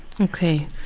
Okay